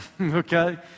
okay